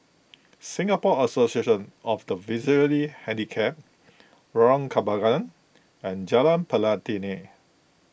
Singapore Association of the Visually Handicapped Lorong Kembangan and Jalan Pelatina